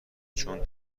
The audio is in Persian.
چون